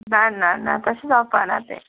ना ना ना तशें जावपाना तें